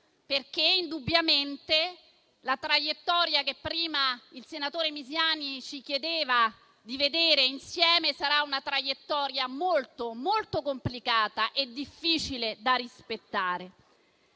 perché indubbiamente la traiettoria che prima il senatore Misiani ci chiedeva di vedere insieme sarà molto complicata e difficile da rispettare.